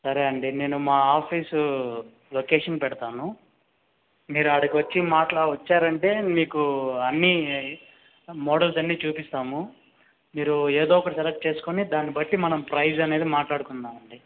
సరే అండి నేను మా ఆఫీసు లొకేషన్ పెడతాను మీరు ఆడికి వచ్చి మాట్లాడి వచ్చారంటే మీకు అన్నీ మోడల్స్ అన్నీచూపిస్తాము మీరు ఏదో ఒకటి సెలెక్ట్ చేసుకుని దాన్ని బట్టి మనం ప్రైస్ అనేది మాట్లాడుకుందాం అండి